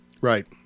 Right